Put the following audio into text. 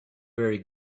very